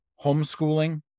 Homeschooling